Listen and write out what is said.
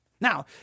Now